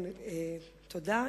תודה.